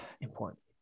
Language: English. important